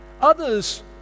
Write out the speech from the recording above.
Others